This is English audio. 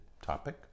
topic